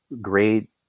great